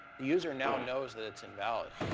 the user now knows that it's invalid.